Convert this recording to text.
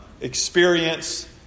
experience